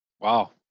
Wow